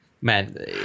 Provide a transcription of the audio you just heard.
Man